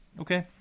Okay